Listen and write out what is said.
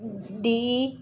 D